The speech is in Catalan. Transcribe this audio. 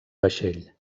vaixell